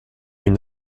une